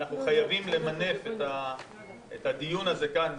שאנחנו חייבים למנף את הדיון הזה כאן,